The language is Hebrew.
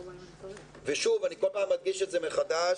אני כל פעם מדגיש מחדש,